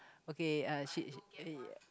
okay uh she she